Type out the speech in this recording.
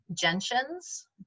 gentians